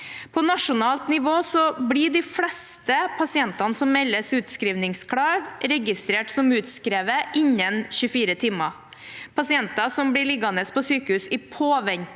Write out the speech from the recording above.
På nasjonalt nivå blir de fleste pasientene som meldes utskrivningsklare, registrert som utskrevet innen 24 timer. Pasienter som blir liggende på sykehus i påvente